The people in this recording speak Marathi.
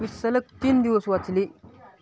मी सलग तीन दिवस वाचले